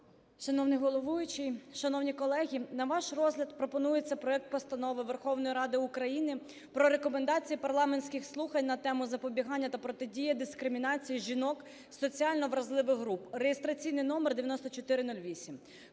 Шановний головуючий, шановні колеги, на ваш розгляд пропонується проект Постанови Верховної Ради України про Рекомендації парламентських слухань на тему: "Запобігання та протидія дискримінації жінок з соціально вразливих груп" (реєстраційний номер 9408).